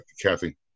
Kathy